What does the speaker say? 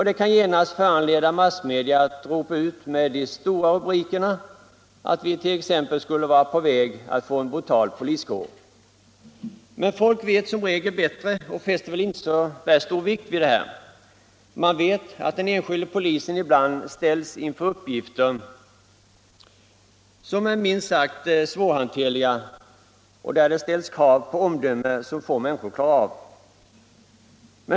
Det kan genast föranleda massmedia att ropa ut med stora rubriker att vi t.ex. skulle vara på väg att få en brutal poliskår. Men folk vet som regel bättre och fäster väl inte så stor vikt vid detta. Man vet att den enskilde polisen ibland står inför uppgifter som är minst sagt svårhanterliga och där det ställs krav på omdöme som få människor klarar av.